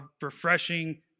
refreshing